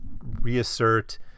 reassert